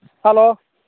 hello